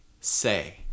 say